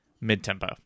mid-tempo